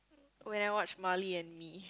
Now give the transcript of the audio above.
when I watch Marley and Me